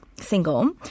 single